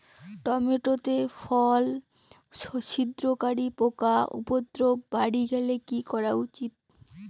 Tomato তে ফল ছিদ্রকারী পোকা উপদ্রব বাড়ি গেলে কি করা উচিৎ?